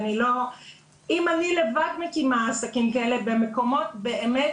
אם אני לבד מקימה עסקים כאלה במקומות באמת